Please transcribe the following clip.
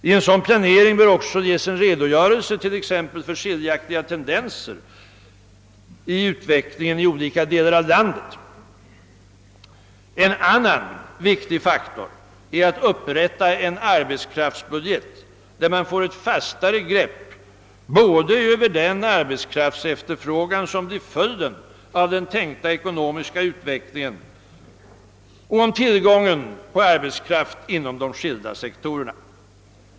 I en sådan planering bör också ges en redogörelse, t.ex. för skiljaktiga tendenser i utvecklingen i olika delar av landet. En annan viktig faktor är att upprätta en arbetskraftsbudget, där man får ett fastare grepp både över den arbetskraftsefterfrågan, som blir följden av den tänkta ekonomiska utvecklingen, och av tillgången på arbetskraft inom de skilda sektorerna.